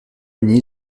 uni